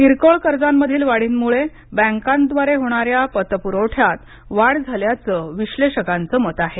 किरकोळ कर्जांमधील वाढींमुळे बँकांद्वारे होणाऱ्या पत पुरवठ्यात वाढ झाल्याचं विश्लेषकांचं मत आहे